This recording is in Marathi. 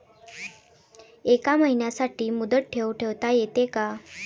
एका महिन्यासाठी मुदत ठेव ठेवता येते का?